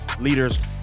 leaders